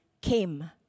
came